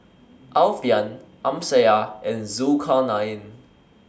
Alfian Amsyar and Zulkarnain